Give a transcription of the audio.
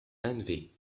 envy